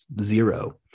zero